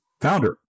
founder